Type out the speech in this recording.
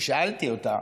ושאלתי אותה: